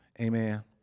amen